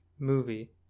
movie